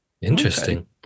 interesting